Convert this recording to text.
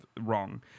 wrong